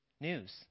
news